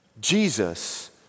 Jesus